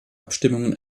abstimmungen